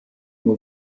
nur